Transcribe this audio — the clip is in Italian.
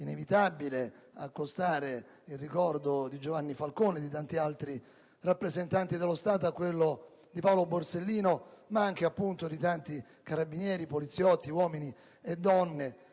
inevitabile accostare il ricordo di Giovanni Falcone e di tanti altri rappresentanti dello Stato a quello di Paolo Borsellino - ma anche in tanti carabinieri, poliziotti, uomini e donne,